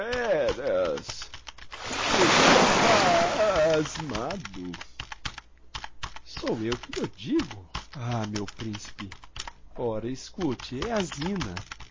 de vé ras estou pa a asmado sou eu que lh'o digo ah meu principe ora escute é a zina